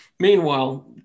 Meanwhile